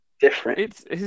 different